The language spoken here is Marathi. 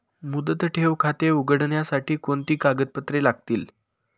मुदत ठेव खाते उघडण्यासाठी कोणती कागदपत्रे लागतील?